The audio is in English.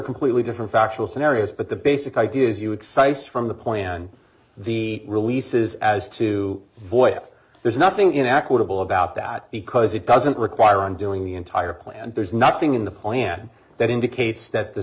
completely different factual scenarios but the basic idea is you excites from the plan the releases as to voip there's nothing in equitable about that because it doesn't require undoing the entire plan there's nothing in the plan that indicates that the